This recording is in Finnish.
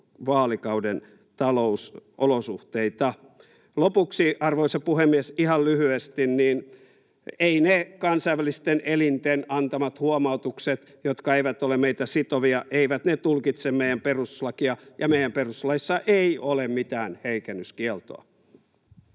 vaalikauden talousolosuhteita. Lopuksi, arvoisa puhemies, ihan lyhyesti: eivät ne kansainvälisten elinten antamat huomautukset, jotka eivät ole meitä sitovia, tulkitse meidän perustuslakia, ja meidän perustuslaissa ei ole mitään heikennyskieltoa.